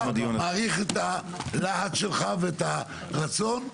אני מעריך את הלהט שלך, ואת הרצון.